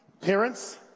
Parents